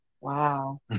Wow